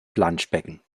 planschbecken